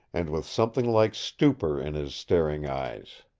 and with something like stupor in his staring eyes.